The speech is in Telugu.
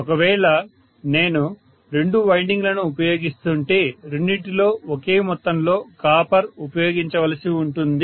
ఒకవేళ నేను రెండు వైండింగ్ లను ఉపయోగిస్తుంటే రెండింటిలో ఒకే మొత్తంలో కాపర్ ఉపయోగించవలసి ఉంటుంది